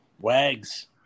Wags